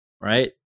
right